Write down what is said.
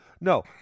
no